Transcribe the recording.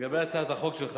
לגבי הצעת החוק שלך,